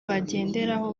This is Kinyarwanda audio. bagenderaho